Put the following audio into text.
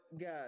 guys